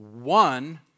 one